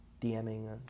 DMing